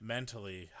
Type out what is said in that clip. Mentally